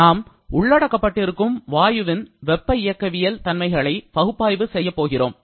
நாம் உள்ளடக்கப்பட்டிருக்கும் வாயுவின் வெப்ப இயக்கவியல் தன்மைகளை பகுப்பாய்வு செய்யப்போகிறோம்